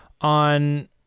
on